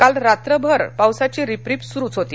काल रात्रभर पावसाची रिपरिप सुरूच होती